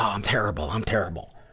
um terrible. i'm terrible.